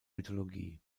mythologie